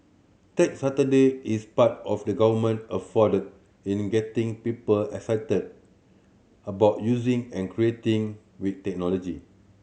Tech Saturday is part of the Government effort in getting people excited about using and creating with technology